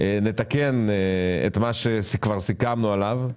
ונתקן את מה שכבר סיכמנו עליו.